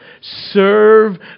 Serve